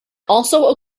also